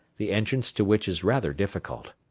the entrance to which is rather difficult.